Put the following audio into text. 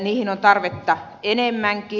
niihin on tarvetta enemmänkin